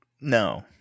No